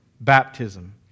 baptism